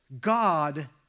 God